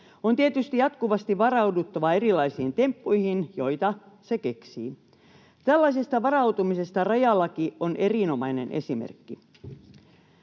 On tietysti jatkuvasti varauduttava erilaisiin temppuihin, joita se keksii. Tällaisesta varautumisesta rajalaki on erinomainen esimerkki.